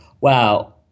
wow